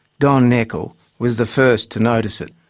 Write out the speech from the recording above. don nekel, was the first to notice it.